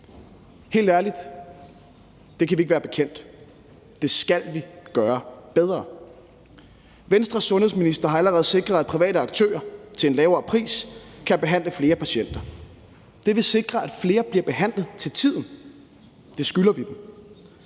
helt ærligt ikke være bekendt; det skal vi gøre bedre. Venstres sundhedsminister har allerede sikret, at private aktører til en lavere pris kan behandle flere patienter. Det vil sikre, at flere bliver behandlet til tiden. Det skylder vi dem.